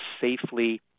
safely